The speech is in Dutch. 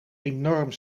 enorm